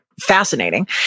fascinating